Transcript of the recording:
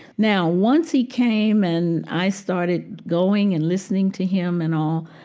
now, once he came and i started going and listening to him and all,